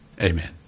Amen